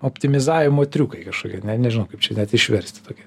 optimizavimo triukai kažkokie ne nežinau kaip čia net išversti tokie